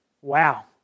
Wow